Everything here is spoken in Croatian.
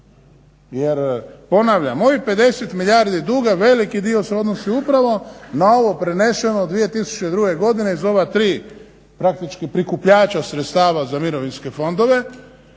Jer ponavljam, ovih 50 milijardi duga veliki dio se odnosi upravo na ovo preneseno u 2002. godine iz ova tri praktički prikupljača sredstava za mirovinske fondove